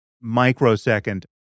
microsecond